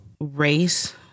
race